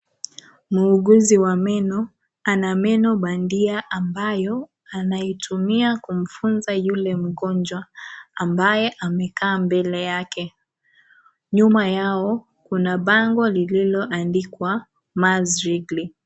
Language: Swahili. Muuguzi wa meno ana meno bandia ambayo anaitumia kumfunza yule mgonjwa ambaye amekaa mbele yake, nyuma yao kuna bango lililoandika Mars